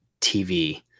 TV